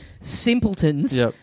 simpletons